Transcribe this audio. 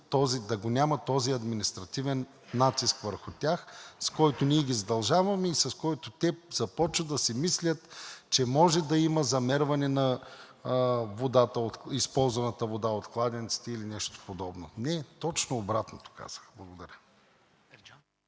да го няма този административен натиск върху тях, с който ние ги задължаваме и с който те започват да си мислят, че може да има замерване на използваната вода от кладенците или нещо подобно. Не, точно обратно казах. Благодаря.